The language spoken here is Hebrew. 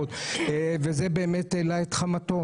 וזה באמת העלה את חמתו.